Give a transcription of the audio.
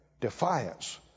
defiance